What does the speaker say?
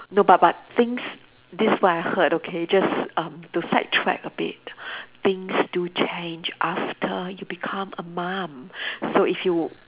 no but but things this what I heard okay just um to sidetrack a bit things do change after you become a mum so if you